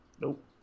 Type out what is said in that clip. Nope